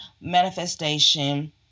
manifestation